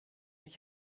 mich